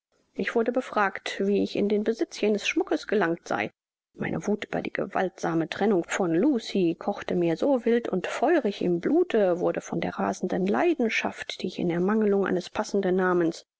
ich wurde befragt wie ich in den besitz jenes schmuckes gelangt sei meine wuth über die gewaltsame trennung von lucie kochte mir so wild und feurig im blute wurde von der rasenden leidenschaft die ich in ermangelung eines passenderen namens